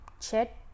chat